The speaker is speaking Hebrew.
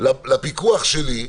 לפיקוח שלי,